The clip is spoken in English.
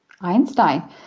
Einstein